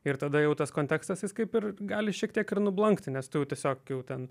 ir tada jau tas kontekstas jis kaip ir gali šiek tiek ir nublankti nes tu jau tiesiog jau ten